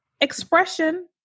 expression